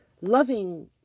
loving